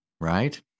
right